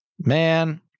man